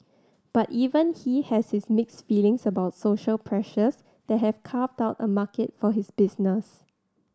but even he has has mixed feelings about social pressures that have carved out a market for his business